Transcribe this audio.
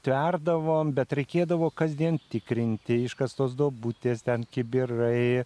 tverdavom bet reikėdavo kasdien tikrinti iškastos duobutės ten kibirai